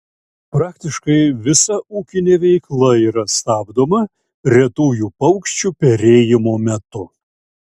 praktiškai visa ūkinė veikla yra stabdoma retųjų paukščių perėjimo metu